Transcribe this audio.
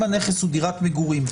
אם הנכס הוא דירת מגורים,